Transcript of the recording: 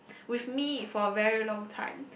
with me for very long time